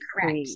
correct